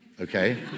okay